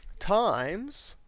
times,